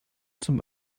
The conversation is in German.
zum